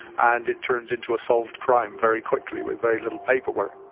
and it turns into a solved crime very quickly with very little paperwork.